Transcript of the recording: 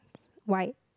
white